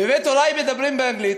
בבית הורי מדברים באנגלית.